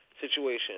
situation